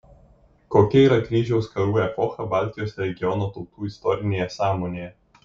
kokia yra kryžiaus karų epocha baltijos regiono tautų istorinėje sąmonėje